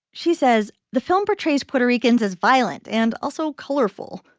she says the film portrays puerto ricans as violent and also colorful.